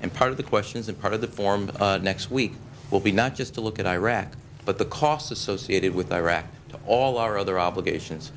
and part of the question is a part of the form next week will be not just to look at iraq but the cost associated with iraq to all our other obligations